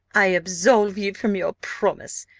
i absolve you from your promise.